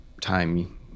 time